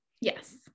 Yes